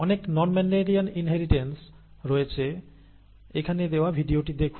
অনেক non Mendelian inheritance রয়েছে এখানে দেওয়া ভিডিওটি দেখুন